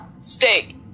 Steak